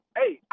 hey